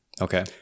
Okay